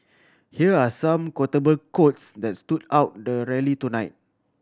here are some quotable quotes that stood out at the rally tonight